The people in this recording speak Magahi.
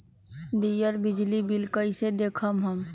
दियल बिजली बिल कइसे देखम हम?